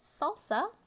salsa